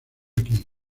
aquí